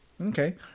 Okay